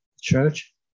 church